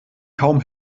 kaum